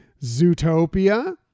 Zootopia